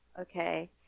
Okay